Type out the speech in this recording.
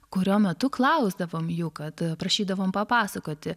kurio metu klausdavom jų kad prašydavom papasakoti